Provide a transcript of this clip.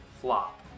Flop